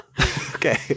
Okay